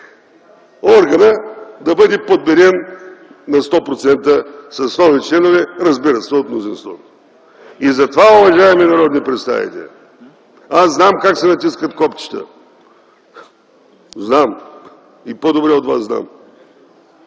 органът да бъде подменен на 100% с нови членове, разбира се, от мнозинството. Затова, уважаеми народни представители, аз знам как се натискат копчета! Знам. И по-добре от вас знам,